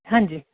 ਹਾਂਜੀ